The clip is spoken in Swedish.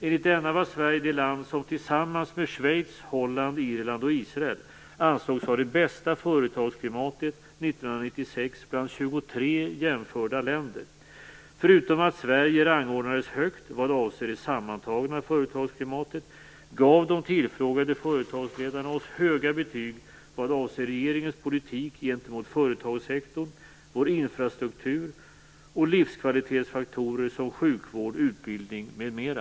Enligt denna var Sverige det land som tillsammans med Schweiz, Holland, Irland och Israel ansågs ha det bästa företagsklimatet 1996 bland 23 jämförda länder. Förutom att Sverige rangordnades högt vad avser det sammantagna företagsklimatet gav de tillfrågade företagsledarna Sverige höga betyg vad avser regeringens politik gentemot företagssektorn, infrastruktur och livskvalitetsfaktorer som sjukvård och utbildning m.m.